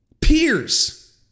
peers